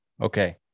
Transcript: Okay